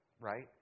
right